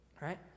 right